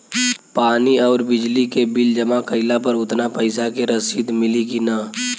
पानी आउरबिजली के बिल जमा कईला पर उतना पईसा के रसिद मिली की न?